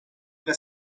إذا